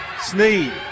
Sneed